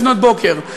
לפנות בוקר.